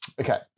okay